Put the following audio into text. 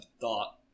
thought